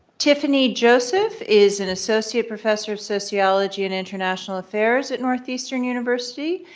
tiffany joseph is an associate professor of sociology and international affairs at northeastern university.